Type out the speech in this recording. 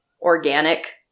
organic